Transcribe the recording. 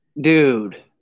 Dude